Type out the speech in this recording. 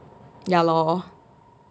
ya lor